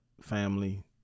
family